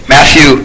Matthew